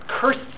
cursed